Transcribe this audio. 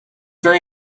very